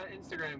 Instagram